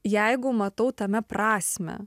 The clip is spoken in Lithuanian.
jeigu matau tame prasmę